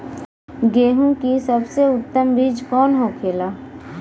गेहूँ की सबसे उत्तम बीज कौन होखेला?